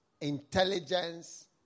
intelligence